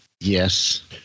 Yes